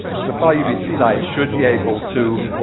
so far-uvc light should be able to